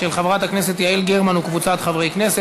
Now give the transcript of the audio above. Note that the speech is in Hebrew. של חברת הכנסת יעל גרמן וקבוצת חברי כנסת.